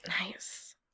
Nice